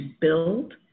build